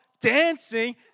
dancing